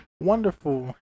wonderful